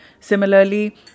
similarly